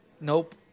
Nope